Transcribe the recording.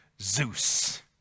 Zeus